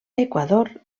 equador